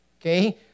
Okay